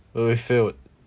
where we failed